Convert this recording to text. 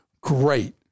great